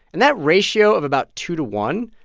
and that ratio of about two to one,